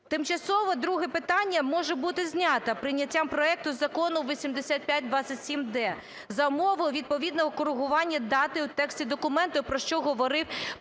Тимчасово друге питання може бути зняте прийняттям проекту Закону 8527-д за умови відповідного коригування дати у тексті документу, про що говорив пан